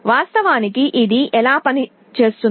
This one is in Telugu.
వాస్తవానికి ఇది ఎలా పనిచేస్తుంది